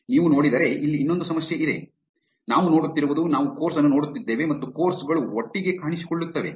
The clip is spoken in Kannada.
ನೀವು ನೋಡಿದರೆ ಇಲ್ಲಿ ಇನ್ನೊಂದು ಸಮಸ್ಯೆ ಇದೆ ನಾವು ನೋಡುತ್ತಿರುವುದು ನಾವು ಕೋರ್ಸ್ ಅನ್ನು ನೋಡುತ್ತಿದ್ದೇವೆ ಮತ್ತು ಕೋರ್ಸ್ ಗಳು ಒಟ್ಟಿಗೆ ಕಾಣಿಸಿಕೊಳ್ಳುತ್ತವೆ